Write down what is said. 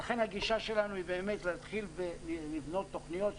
ולכן הגישה שלנו היא להתחיל לבנות תוכניות.